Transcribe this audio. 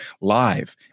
live